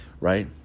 right